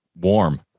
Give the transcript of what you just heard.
warm